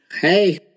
Hey